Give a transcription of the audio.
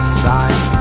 sign